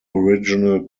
original